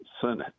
Senate